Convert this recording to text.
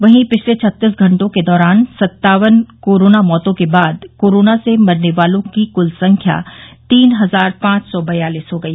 वहीं पिछले छत्तीस घंटों के दौरान सत्तावन कोरोना मौतों के बाद कुल कोरोना से मरने वालों की संख्या तीन हजार पांच सौ बयालिस हो गई